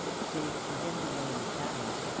save for him who lay in the shadows,